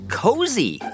cozy